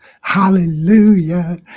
Hallelujah